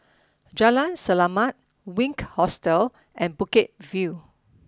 Jalan Selamat Wink Hostel and Bukit View